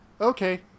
okay